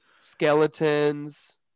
skeletons